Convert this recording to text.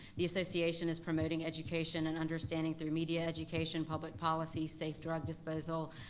the association is promoting education and understanding through media education, public policy, safe drug disposal,